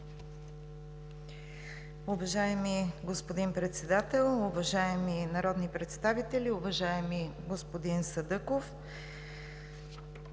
Уважаеми господин Председател, уважаеми народни представители! Уважаеми господин Садъков,